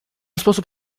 sposób